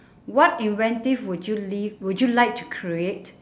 what inventive would you live would you like to create